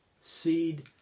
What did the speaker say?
seed